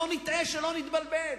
שלא נטעה ולא נתבלבל.